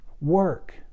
work